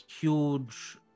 huge